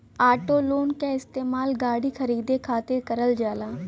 auto loan क इस्तेमाल गाड़ी खरीदे खातिर करल जाला